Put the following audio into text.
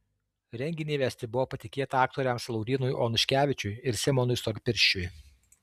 renginį vesti buvo patikėta aktoriams laurynui onuškevičiui ir simonui storpirščiui